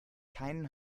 keinen